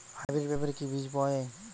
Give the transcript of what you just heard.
Hybrid পেঁপের বীজ কি পাওয়া যায়?